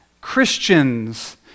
Christians